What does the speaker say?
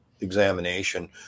examination